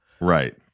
Right